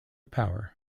power